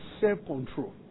self-control